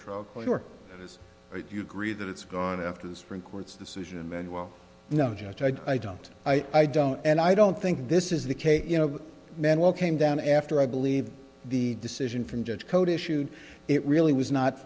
your you agree that it's gone after the supreme court's decision and well no judge i don't i don't and i don't think this is the case you know men well came down after i believe the decision from judge code issued it really was not